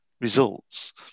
results